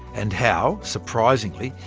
and how, surprisingly,